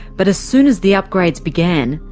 but as soon as the upgrades began,